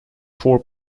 four